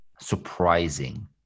surprising